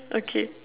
okay